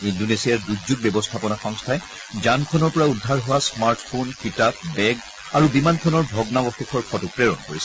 ইণ্ডোনেছিয়াৰ দুৰ্যোগ ব্যৱস্থাপনা সংস্থাই যানখনৰ পৰা উদ্ধাৰ হোৱা স্মাৰ্ট ফোন কিতাপ বেগ আৰু বিমানখনৰ ভগ্নাৱশেষৰ ফটো প্ৰেৰণ কৰিছে